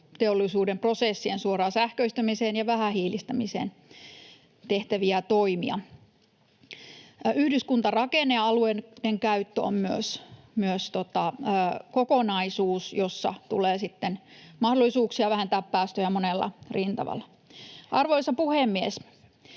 teollisuuden prosessien suoraan sähköistämiseen ja vähähiilistämiseen. Yhdyskuntarakenne ja alueiden käyttö on myös kokonaisuus, jossa tulee sitten mahdollisuuksia vähentää päästöjä monella rintamalla. Arvoisa puhemies!